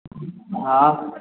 हाँ